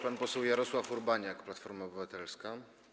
Pan poseł Jarosław Urbaniak, Platforma Obywatelska.